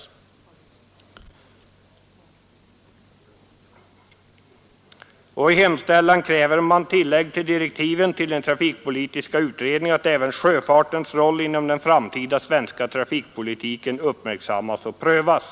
I hemställan kräver man tillägg till direktiven till den trafikpolitiska utredningen, innebärande ”att även sjöfartens roll inom den framtida svenska trafikpolitiken uppmärksammas och prövas”.